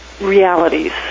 realities